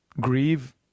grieve